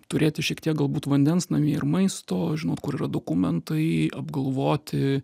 turėti šiek tiek galbūt vandens namie ir maisto žinot kur yra dokumentai apgalvoti